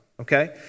Okay